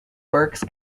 berks